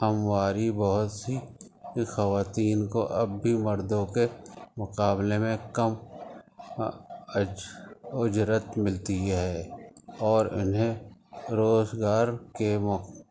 ہمواری بہت سی خواتین کو اب بھی مردوں کے مقابلے میں کم اجرت ملتی ہے اور انہیں روزگار کے